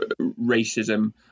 racism